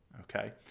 okay